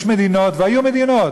יש מדינות והיו מדינות,